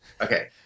Okay